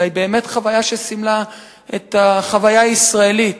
אלא באמת חוויה שסימלה את החוויה הישראלית